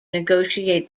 negotiate